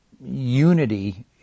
unity